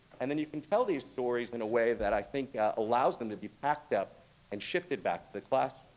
and then you can tell these stories in a way that i think allows them to depack that and shift it back to the classroom.